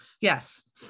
yes